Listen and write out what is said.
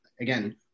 again